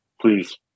please